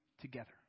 together